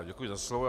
Děkuji za slovo.